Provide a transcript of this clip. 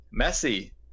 Messi